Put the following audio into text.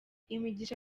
imigisha